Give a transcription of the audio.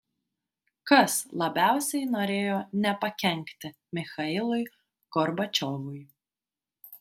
kas labiausiai norėjo nepakenkti michailui gorbačiovui